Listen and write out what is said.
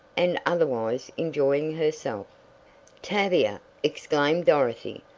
and otherwise enjoying herself tavia! exclaimed dorothy.